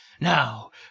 Now